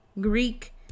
Greek